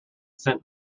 scent